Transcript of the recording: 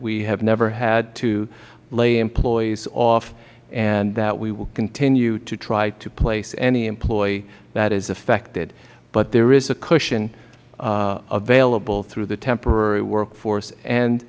we have never had to lay employees off and that we will continue to try to place any employee that is affected but there is cushion available through the temporary work force and